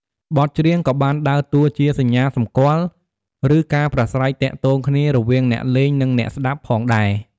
បទច្រៀងក៏បានដើរតួជា សញ្ញាសម្គាល់ ឬការប្រាស្រ័យទាក់ទងគ្នា រវាងអ្នកលេងនិងអ្នកស្តាប់ផងដែរ។